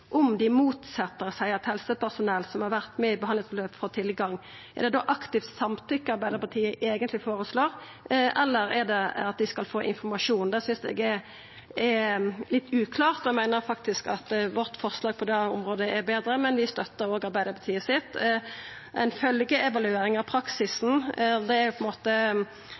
helsepersonell, som har vært med i et behandlingsforløp, får tilgang ». Er det da aktivt samtykke Arbeidarpartiet eigentleg føreslår, eller er det at dei skal få informasjon? Det synest eg er litt uklart, og eg meiner faktisk at vårt forslag på det området er betre, men vi støttar òg Arbeidarpartiet sitt. Ei følgjeevaluering av praksisen er på ein måte